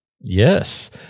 Yes